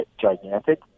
gigantic